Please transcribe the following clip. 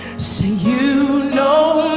so you know